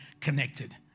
connected